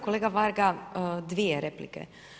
Kolega Varga dvije replike.